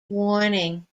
warning